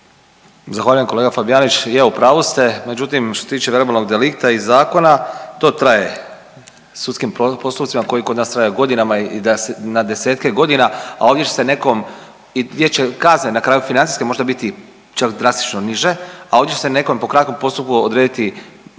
Zahvaljujem kolega Fabijanić, je u pravu ste međutim što se tiče verbalnog delikta i zakona to traje sudskim postupcima koji kod nas traju godinama i na desetke godina, a ovdje će se nekom i gdje će kazne na kraju financijske možda biti čak drastično niže, a ovdje će se nekom po kratkom postupku odrediti